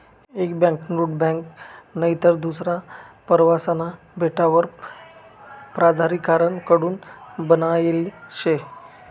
एक banknote bank नईतर दूसरा पुरावासना भेटावर प्राधिकारण कडून बनायेल शे